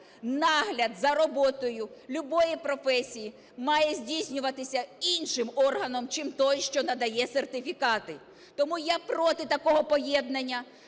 нагляд за роботою любої професії має здійснюватись іншим органом, чим той, що надає сертифікати. Тому я проти такого поєднання,